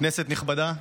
כנסת נכבדה,